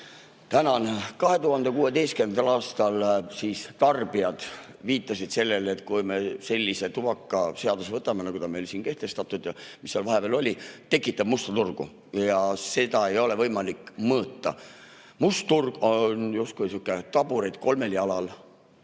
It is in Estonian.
Tänan! 2016. aastal tarbijad viitasid sellele, et kui me sellise tubakaseaduse vastu võtame, nagu ta meil on siin kehtestatud ja nagu ta vahepeal oli, siis tekib must turg ja seda ei ole võimalik mõõta. Must turg on justkui sihuke taburet kolmel jalal.